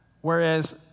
Whereas